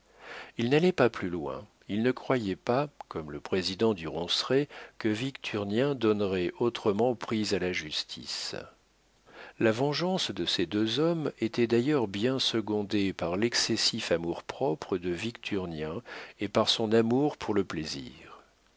il n'allait pas plus loin il ne croyait pas comme le président du ronceret que victurnien donnerait autrement prise à la justice la vengeance de ces deux hommes était d'ailleurs bien secondée par l'excessif amour-propre de victurnien et par son amour pour le plaisir